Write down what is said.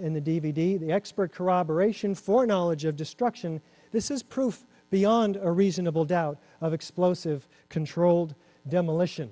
in the d v d the expert corroboration for knowledge of destruction this is proof beyond a reasonable doubt of explosive controlled demolition